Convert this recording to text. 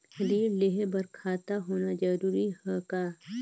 ऋण लेहे बर खाता होना जरूरी ह का?